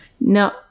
No